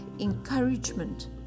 encouragement